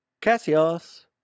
Cassius